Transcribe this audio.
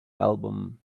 album